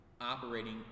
operating